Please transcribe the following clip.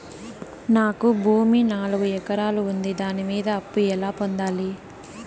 నాకు భూమి నాలుగు ఎకరాలు ఉంది దాని మీద అప్పు ఎలా పొందాలి?